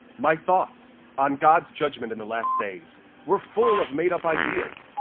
my thoughts on god's judgment in the last days were full of made up ideas.